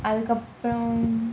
அதுக்கு அப்புறம் :athuku apram